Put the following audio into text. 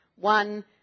One